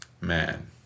man